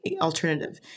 alternative